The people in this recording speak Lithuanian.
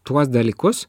tuos dalykus